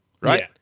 right